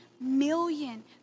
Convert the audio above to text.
million